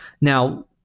Now